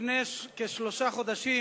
לפני כשלושה חודשים